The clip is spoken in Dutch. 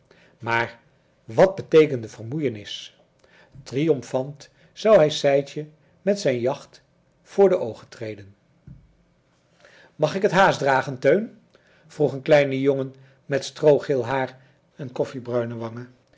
maar wat beteekende vermoeienis triomfant zou hij sijtje met zijn jacht voor de oogen treden mag ik het haas dragen teun vroeg een kleine jongen met stroogeel haar en koffiebruine wangen